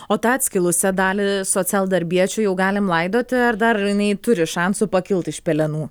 o tą atskilusią dalį socialdarbiečių jau galim laidoti ar dar jinai turi šansų pakilt iš pelenų